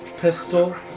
pistol